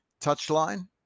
touchline